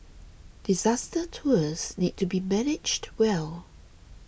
disaster tours need to be managed well